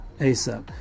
ASAP